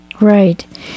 Right